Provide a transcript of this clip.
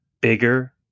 bigger